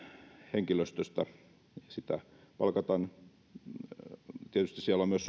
henkilöstöstä kun sitä palkataan tietysti siellä on myös